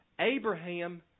Abraham